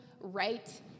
right